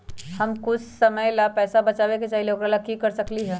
हम कुछ समय ला पैसा बचाबे के चाहईले ओकरा ला की कर सकली ह?